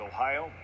Ohio